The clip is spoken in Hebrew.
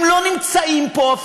הם אפילו לא נמצאים פה.